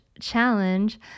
challenge